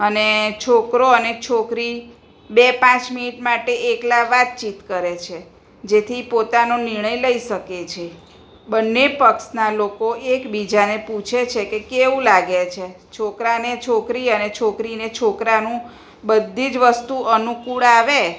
અને છોકરો અને છોકરી બે પાંચ મિનિટ માટે એકલા વાતચીત કરે છે જેથી પોતાનો નિર્ણય લઈ શકે છે બંને પક્ષનાં લોકો એકબીજાને પૂછે છે કે કેવું લાગે છે છોકરાને છોકરી અને છોકરીને છોકરાનું બધી જ વસ્તુ અનુકૂળ આવે